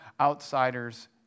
outsiders